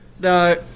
no